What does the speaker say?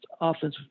offensive